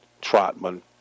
Trotman